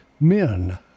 men